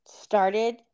started